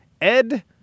Ed